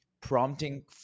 prompting